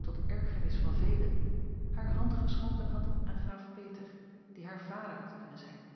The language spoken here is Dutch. jacob van ennep laasje evenster tot ergernis van velen haar hand geschonken had aan graaf peter die haar vader had kunnen zijn